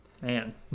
Man